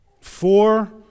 Four